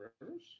Rivers